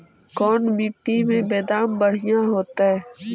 कोन मट्टी में बेदाम बढ़िया होतै?